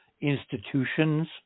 institutions